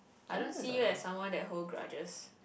I don't see like someone that hold grudges